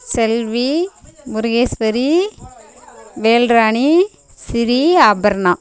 Selvi Murugeswari Velrani Sri Aparna